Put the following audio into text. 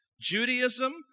Judaism